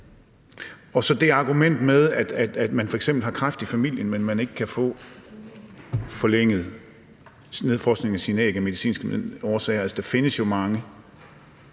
er der det argument med, at man f.eks. har kræft i familien, men ikke kan få forlænget nedfrysningen af sine æg af medicinske årsager.